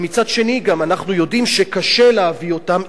אבל מצד שני אנחנו גם יודעים שקשה להביא אותם,